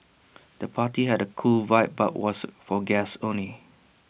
the party had A cool vibe but was for guests only